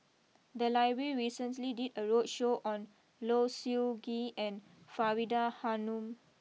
the library recently did a roadshow on Low Siew Nghee and Faridah Hanum